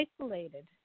isolated